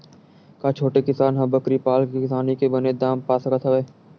का छोटे किसान ह बकरी पाल के किसानी के बने दाम पा सकत हवय?